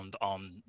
on